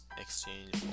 exchange